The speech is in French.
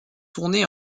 tournés